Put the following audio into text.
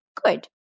good